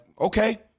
okay